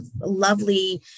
lovely